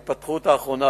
לגבי ההתפתחות האחרונה,